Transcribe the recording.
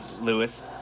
Lewis